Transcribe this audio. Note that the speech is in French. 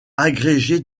agrégé